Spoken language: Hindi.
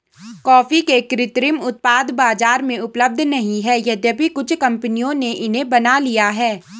कॉफी के कृत्रिम उत्पाद बाजार में उपलब्ध नहीं है यद्यपि कुछ कंपनियों ने इन्हें बना लिया है